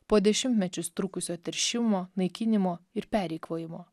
po dešimtmečius trukusio teršimo naikinimo ir pereikvojimo